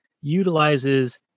utilizes